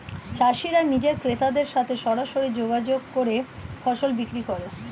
চাষিরা নিজে ক্রেতাদের সাথে সরাসরি যোগাযোগ করে ফসল বিক্রি করে